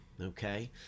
okay